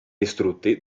distrutti